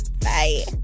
Bye